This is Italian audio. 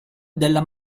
della